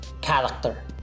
Character